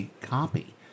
copy